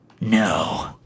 no